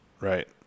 right